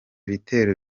bitero